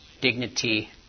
dignity